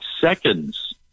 seconds